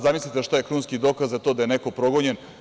Zamislite šta je krunski dokaz da je neko progonjen?